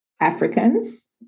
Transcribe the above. Africans